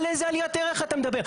על איזה עליית ערך אתה מדבר?